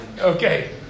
Okay